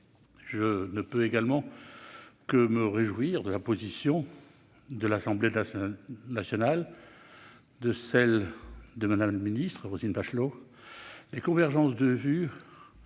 Je ne peux également que me réjouir de la position de l'Assemblée nationale et de celle de Mme la ministre, Roselyne Bachelot.